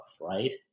right